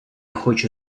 хочу